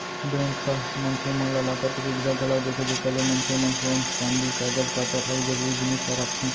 bank ह मनसे मन ला लॉकर के सुबिधा घलौ देथे जेकर ले मनसे मन सोन चांदी कागज पातर अउ जरूरी जिनिस ल राखथें